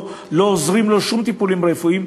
לא עוזר לו שום טיפול רפואי,